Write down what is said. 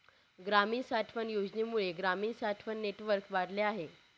ग्रामीण साठवण योजनेमुळे ग्रामीण साठवण नेटवर्क वाढले आहे